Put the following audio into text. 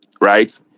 right